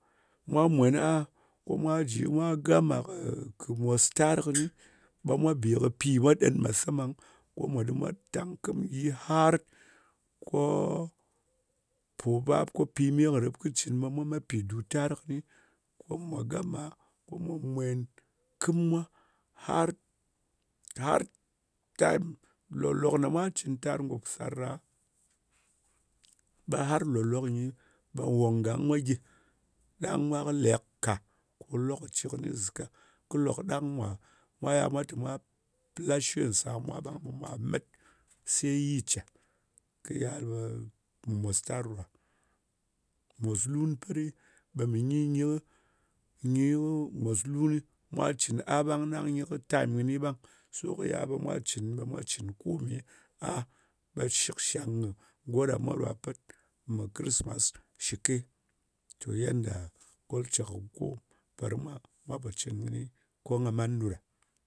Mwa mwen a ko mwa ji, mwa gama khi mostar kini, ɓa mwa be ki pi mwa dan musaman ko mwa dim mwa tan kɨm ɗi har ko pobap ko pimi kɨ rip cin mwa mat pi dutar kɨni. Ko mwa gama, ko mwa mwen kɨm mwa har har tar time lok lok ɗana mwa cin go tar go sar ɗa ɓa har lok lok yi ɓa bong gang gyi. Dang mwa kɨ lek ka ko lokkaci ni zika, kɨ lok ɗang mwa mwa yal lashi sar mwa ɓang, ɓa mwa mat sa yi ce, khi yal ɓa me mostar ɗoɗa. Mos lun peɗi, miniyi yi mos lun mwa cin a bang ɗang yi kɨ time gyi ɓang. Mwa cin mwa cin kome a ɓa shik shang goɗa mwado a pat me krismas shike, toh yanda culture go per mwa pa cin kini ko gha ma ɗoɗa.